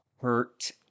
Hurt